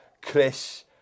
Chris